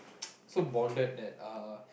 so bonded that uh